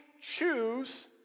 choose